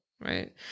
right